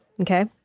Okay